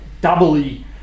doubly